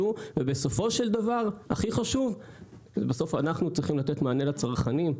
ובסופו של דבר הכי חשוב הוא שבסוף אנחנו צריכים לתת מענה לצרכנים.